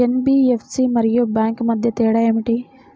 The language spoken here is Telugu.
ఎన్.బీ.ఎఫ్.సి మరియు బ్యాంక్ మధ్య తేడా ఏమిటి?